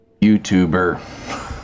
YouTuber